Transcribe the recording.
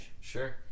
Sure